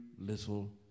little